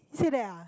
he said that ah